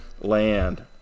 land